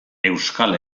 euskal